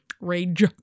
Rage